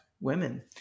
women